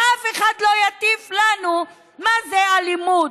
שאף אחד לא יטיף לנו מה זה אלימות.